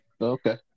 Okay